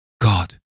God